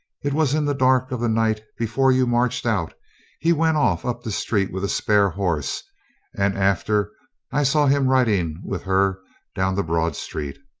it was in the dark of the night before you marched out he went off up the street with a spare horse and after i saw him riding with her down the broad street.